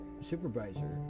supervisor